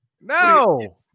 No